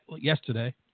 yesterday